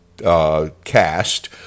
Cast